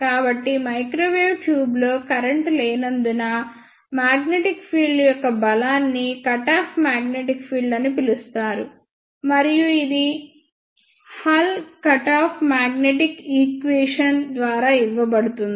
కాబట్టి మైక్రోవేవ్ ట్యూబ్లో కరెంట్ లేనందునమాగ్నెటిక్ ఫీల్డ్ యొక్క బలాన్ని కట్ ఆఫ్ మాగ్నెటిక్ ఫీల్డ్ అని పిలుస్తారు మరియు ఇది hull cut off magnetic equation ద్వారా ఇవ్వబడుతుంది